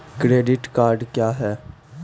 Credit card क्या हैं?